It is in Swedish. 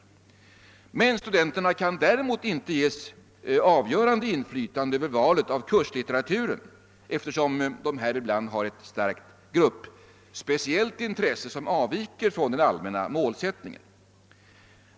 Däremot kan studenterna inte ges något avgörande inflytande vid valet av kurslitteratur, eftersom de i det fallet ofta har ett starkt och mycket speciellt gruppintresse som avviker från den allmänna målsättningen.